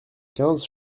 quinze